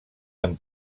amb